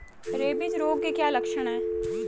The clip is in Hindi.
रेबीज रोग के क्या लक्षण है?